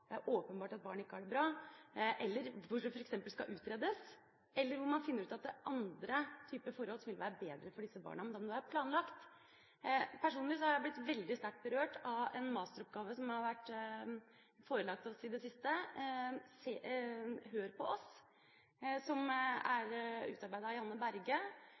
skal utredes, eller hvis man finner ut at det er andre typer forhold som vil være bedre for disse barna, men da må det være planlagt. Personlig er jeg blitt sterkt berørt av en masteroppgave som har blitt forelagt oss i det siste, «Hør på meg», som er utarbeidet av Janne Berge.